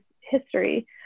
history